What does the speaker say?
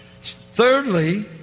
Thirdly